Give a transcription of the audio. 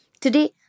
Today